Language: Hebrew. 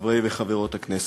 חברי וחברות הכנסת,